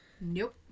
Nope